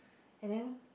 and then